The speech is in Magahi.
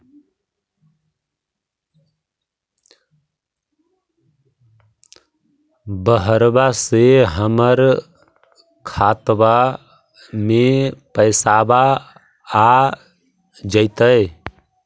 बहरबा से हमर खातबा में पैसाबा आ जैतय?